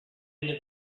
into